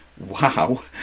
Wow